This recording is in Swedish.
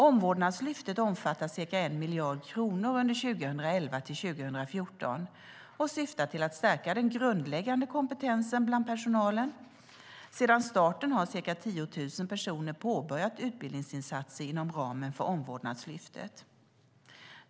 Omvårdnadslyftet omfattar ca 1 miljard kronor under 2011-2014 och syftar till att stärka den grundläggande kompetensen bland personalen. Sedan starten har ca 10 000 personer påbörjat utbildningsinsatser inom ramen för Omvårdnadslyftet.